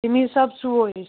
تٔمے حِساب سُوو أسۍ